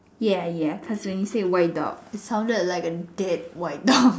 ya ya cause when you said white dog it sounded like a dead white dog